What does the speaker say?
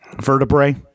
Vertebrae